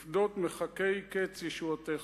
לפדות מחכי קץ ישועתך.